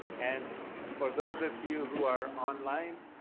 and for those of you who are online,